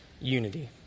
unity